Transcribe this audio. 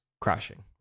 crashing